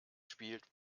spielt